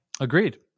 Agreed